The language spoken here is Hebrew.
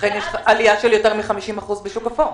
לכן יש עלייה של יותר מ-50% בשוק האפור.